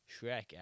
Shrek